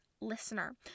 listener